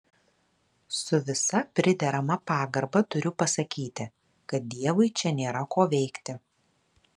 su visa priderama pagarba turiu pasakyti kad dievui čia nėra ko veikti